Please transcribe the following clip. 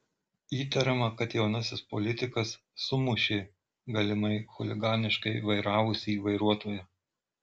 įtariama kad jaunasis politikas sumušė galimai chuliganiškai vairavusį vairuotoją